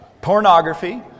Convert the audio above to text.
Pornography